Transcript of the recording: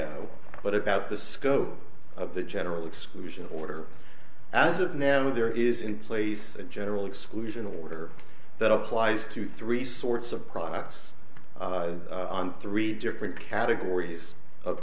o but about the scope of the general exclusion order as of now there is in place a general exclusion order that applies to three sorts of products on three different categories of